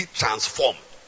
transformed